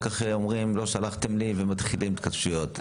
כך אומרים שלא שלחו ומתחילים התכתשויות.